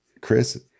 Chris